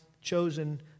chosen